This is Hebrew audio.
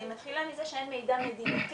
אני מתחילה מזה שאין מידע מדינתי,